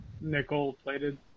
Nickel-plated